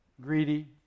greedy